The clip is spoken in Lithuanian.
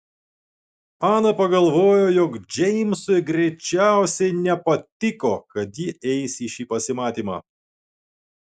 ana pagalvojo jog džeimsui greičiausiai nepatiko kad ji eis į šį pasimatymą